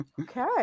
Okay